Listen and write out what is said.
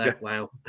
wow